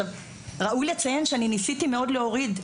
ראוי לציין שאני ניסיתי מאוד להוריד.